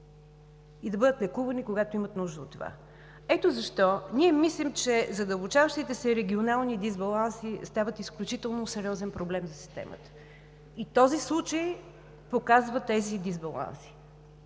и да бъдат лекувани, когато имат нужда от това. Ето защо ние мислим, че задълбочаващите се регионални дисбаланси стават изключително сериозен проблем за системата и този случай показва тези дисбаланси.